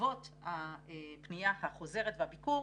ובעקבות הפנייה החוזרת והביקור,